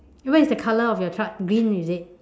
what is the colour of your truck green is it